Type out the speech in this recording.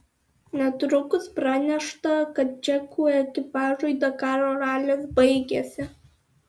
netrukus pranešta kad čekų ekipažui dakaro ralis baigėsi